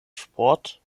sport